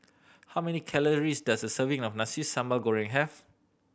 how many calories does a serving of Nasi Sambal Goreng have